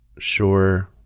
sure